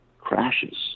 crashes